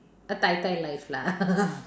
a tai tai life lah